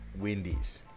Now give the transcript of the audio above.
Wendy's